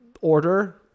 order